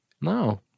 No